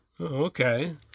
Okay